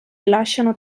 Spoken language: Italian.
lasciano